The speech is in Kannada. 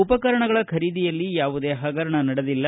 ಉಪಕರಣಗಳ ಖರೀದಿಯಲ್ಲಿ ಯಾವುದೇ ಪಗರಣ ನಡೆದಿಲ್ಲ